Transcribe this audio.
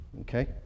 okay